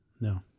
No